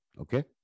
Okay